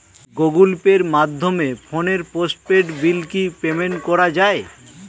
Google পের মাধ্যমে ফোনের পোষ্টপেইড বিল কি পেমেন্ট করা যায়?